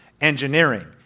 engineering